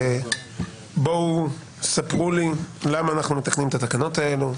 ספרו לי למה אנחנו מתקנים את התקנות האלה,